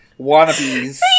wannabes